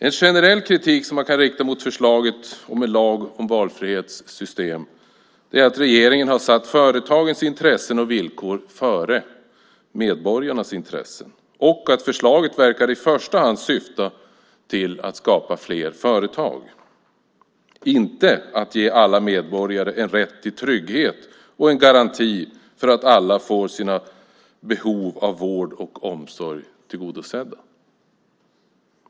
En generell kritik som man kan rikta mot förslaget om en lag om valfrihetssystem är att regeringen har satt företagens intressen och villkor före medborgarnas intressen och att förslaget i första hand verkar syfta till att skapa fler företag. Det verkar inte syfta till att ge alla medborgare en rätt till trygghet och en garanti för att alla får sina behov av vård och omsorg tillgodosedda.